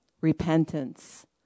repentance